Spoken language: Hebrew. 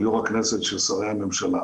של יו"ר הכנסת ושל שרי הממשלה.